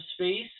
space